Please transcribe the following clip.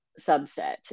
subset